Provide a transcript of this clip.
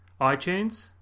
iTunes